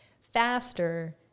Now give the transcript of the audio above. faster